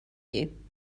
you